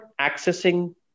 accessing